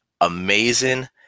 amazing